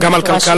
וגם על כלכלה.